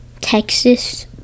Texas